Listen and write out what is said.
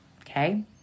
Okay